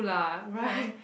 ya